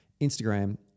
Instagram –